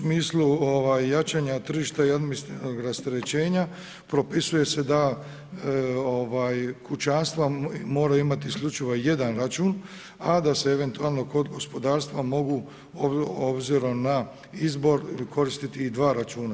U smislu jačanja tržišta i administrativnog rasterećenja, propisuje se da kućanstva moraju imati isključivo jedan račun, a da se eventualno kod gospodarstva mogu obzirom na izbor koristiti i dva računa.